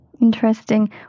Interesting